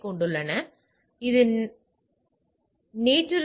21 உடன் வெளியே செல்கிறது